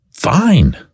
Fine